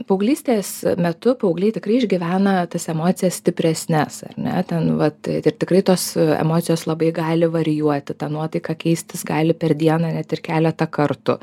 paauglystės metu paaugliai tikrai išgyvena tas emocijas stipresnes ar ne ten vat ir tikrai tos emocijos labai gali varijuoti ta nuotaika keistis gali per dieną net ir keletą kartų